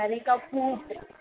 சரிக்கா பூண்டு